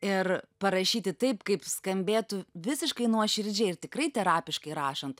ir parašyti taip kaip skambėtų visiškai nuoširdžiai ir tikrai terapiškai rašant